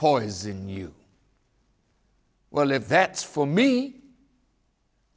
poison you well yvette's for me